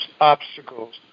obstacles